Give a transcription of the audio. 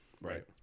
Right